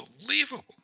unbelievable